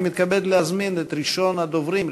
אני מתכבד להזמין את ראשון הדוברים,